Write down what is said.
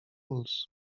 puls